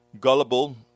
Gullible